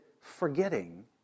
forgetting